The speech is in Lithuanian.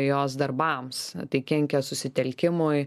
jos darbams tai kenkia susitelkimui